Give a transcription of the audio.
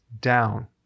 down